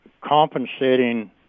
compensating